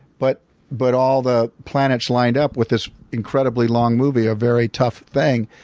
but but all the planets lined up with this incredibly long movie, a very tough thing.